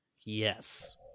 Yes